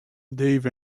dave